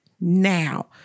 now